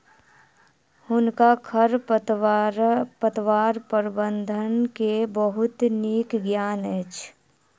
हुनका खरपतवार प्रबंधन के बहुत नीक ज्ञान अछि